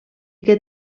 que